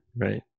right